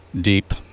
deep